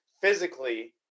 physically